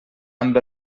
amb